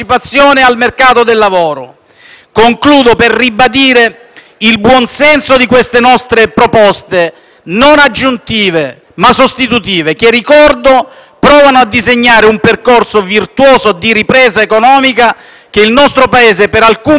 il buonsenso delle nostre proposte non aggiuntive, ma sostitutive che - lo ricordo - provano a disegnare un percorso virtuoso di ripresa economica che il nostro Paese per nessun motivo deve smettere di seguire.